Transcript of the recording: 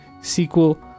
Sequel